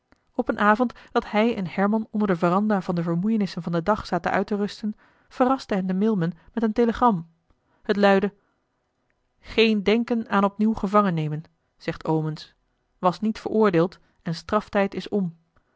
op een avond dat hij en herman onder de veranda van de vermoeienissen van den dag zaten uit te rusten verraste hen de mail man met een telegram het luidde geen denken aan opnieuw gevangen nemen zegt omens was niet veroordeeld en straftijd is om